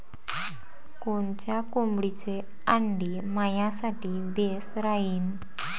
कोनच्या कोंबडीचं आंडे मायासाठी बेस राहीन?